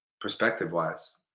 perspective-wise